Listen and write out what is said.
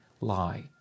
lie